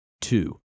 Two